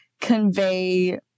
convey